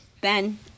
Ben